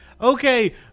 Okay